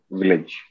village